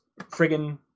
friggin